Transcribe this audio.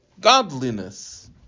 godliness